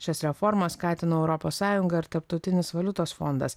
šias reformas skatino europos sąjunga ir tarptautinis valiutos fondas